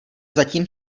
zatím